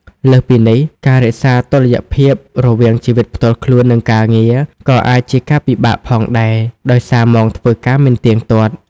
លើសពីនេះ ការរក្សាតុល្យភាពរវាងជីវិតផ្ទាល់ខ្លួន និងការងារ ក៏អាចជាការពិបាកផងដែរ ដោយសារម៉ោងធ្វើការមិនទៀងទាត់។